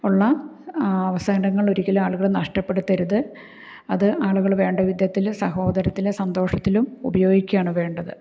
ഉള്ള അവസാരങ്ങള് ഒരിക്കലും ആളുകൾ നഷ്ടപ്പെടുത്തരുത് അത് ആളുകൾ വേണ്ട വിധത്തിൽ സഹോദര്യത്തിലും സന്തോഷത്തിലും ഉപയോഗിക്കുകയാണ് വേണ്ടത്